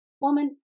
woman